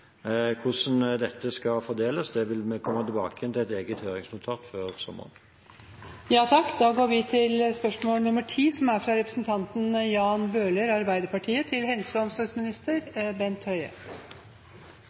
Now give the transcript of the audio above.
Hvordan dette skal fordeles, vil vi komme tilbake til i et eget høringsnotat før sommeren. Jeg tillater meg å stille følgende spørsmål til helse- og